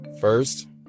first